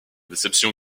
déception